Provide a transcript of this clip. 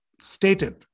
stated